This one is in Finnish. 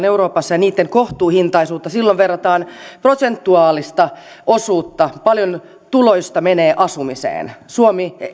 euroopassa ja niitten kohtuuhintaisuutta silloin verrataan prosentuaalista osuutta paljonko tuloista menee asumiseen